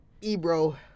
Ebro